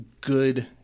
good